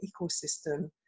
ecosystem